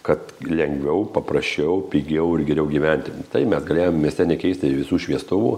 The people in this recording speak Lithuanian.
kad lengviau paprasčiau pigiau ir geriau gyventi taip mes galėjom mieste nekeisti visų šviestuvų